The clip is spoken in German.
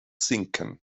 sinken